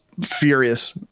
furious